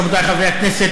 רבותי חברי הכנסת,